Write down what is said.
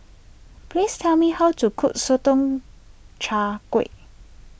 please tell me how to cook Sotong Char Kway